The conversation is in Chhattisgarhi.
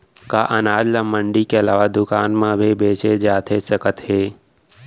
का अनाज ल मंडी के अलावा दुकान म भी बेचे जाथे सकत हे?